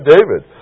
David